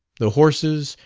the horses,